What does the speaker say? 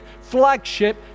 flagship